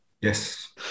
Yes